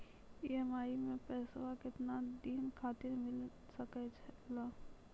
EMI मैं पैसवा केतना दिन खातिर मिल सके ला?